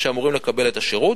שאמורים לקבל את השירות.